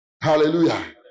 Hallelujah